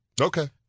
Okay